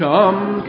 Come